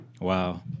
Wow